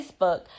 Facebook